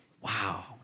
Wow